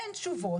אין תשובות.